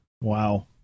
Wow